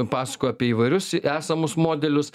pasakojo apie įvairius esamus modelius